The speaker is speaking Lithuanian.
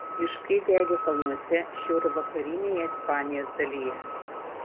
miškai degė kalnuose šiaurvakarinėje ispanijos dalyje